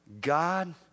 God